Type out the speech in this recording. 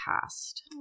past